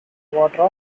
water